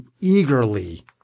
eagerly